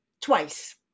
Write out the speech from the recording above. twice